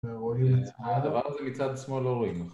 הדבר הזה מצד שמאל לא רואים